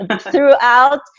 throughout